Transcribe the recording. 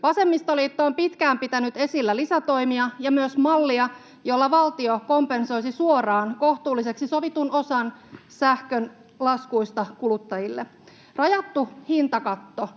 Vasemmistoliitto on pitkään pitänyt esillä lisätoimia ja myös mallia, jolla valtio kompensoisi suoraan kohtuulliseksi sovitun osan sähkölaskuista kuluttajille. Rajattu hintakatto